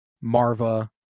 Marva